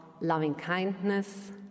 loving-kindness